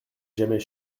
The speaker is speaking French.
jamais